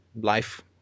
life